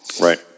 right